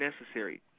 necessary